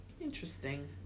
interesting